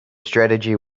strategy